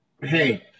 Hey